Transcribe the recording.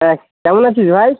হ্যাঁ কেমন আছিস ভাই